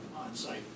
on-site